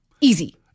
Easy